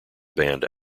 band